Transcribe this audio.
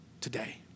today